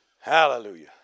Hallelujah